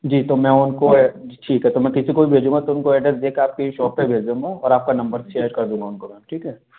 जी तो मैं उनको ठीक है तो मैं किसी को भी भेजूँगा तो उनको एड्रेस दे के आपकी शॉप पे ही भेज दूँगा और आपका नंबर शेयर कर दूँगा उनको मैम ठीक है